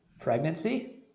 pregnancy